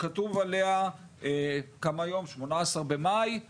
שכתוב עליה 18 במאי 2024?